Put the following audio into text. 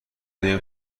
بریم